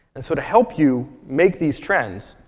and so to help you make these trends,